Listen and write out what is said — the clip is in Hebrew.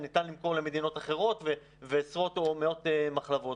שניתן למכור למדינות אחרות ושיש עשרות או מאות מחלבות.